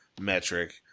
metric